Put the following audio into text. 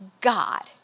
God